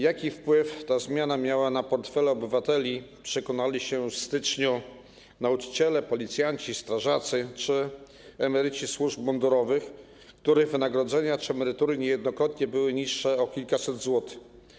Jaki wpływ miała ta zmiana na portfele obywateli, przekonali się już w styczniu nauczyciele, policjanci, strażacy czy emeryci służb mundurowych, których wynagrodzenia czy emerytury niejednokrotnie były niższe o kilkaset złotych.